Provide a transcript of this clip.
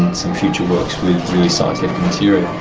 some future works material.